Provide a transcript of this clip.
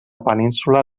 península